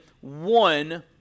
one